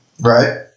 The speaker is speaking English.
Right